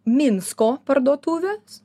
minsko parduotuvės